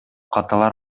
каталар